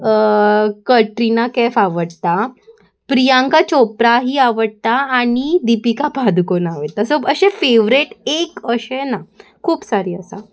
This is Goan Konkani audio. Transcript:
कट्रिना कॅफ आवडटा प्रियांका चोप्रा ही आवडटा आनी दिपिका पादुकोन आवडटा तर सो अशे फेवरेट एक अशें ना खूब सारी आसा